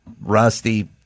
rusty